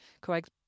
correct